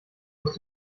aus